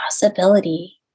possibility